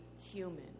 human